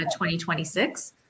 2026